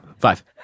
five